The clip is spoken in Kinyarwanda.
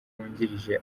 wungirije